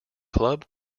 club